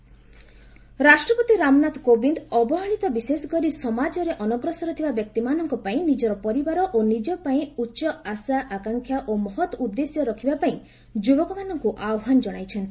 president Hyderabad ରାଷ୍ଟପତି ରାମନାଥ କୋବିନ୍ଦ ଅବହେଳିତ ବିଶେଷକରି ସମାଜରେ ଅନଗ୍ରସର ଥିବା ବ୍ୟକ୍ତିମାନଙ୍କ ପାଇଁ ନିଜର ପରିବାର ଓ ନିଜ ପାଇଁ ଉଚ୍ଚ ଆଶା ଆକାଂକ୍ଷା ଓ ମହତ୍ ଉଦ୍ଦେଶ୍ୟ ରଖିବା ପାଇଁ ଯୁବକମାନଙ୍କୁ ଆହ୍ପାନ ଜଣାଇଛନ୍ତି